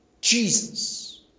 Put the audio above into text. Jesus